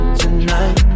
tonight